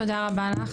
תודה רבה לך.